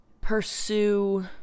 pursue